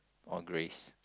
or Grace